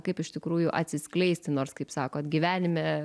kaip iš tikrųjų atsiskleisti nors kaip sakot gyvenime